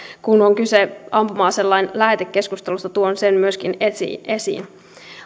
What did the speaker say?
kun on kyse ampuma aselain lähetekeskustelusta tuon sen myöskin esiin